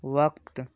وقت